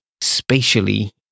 spatially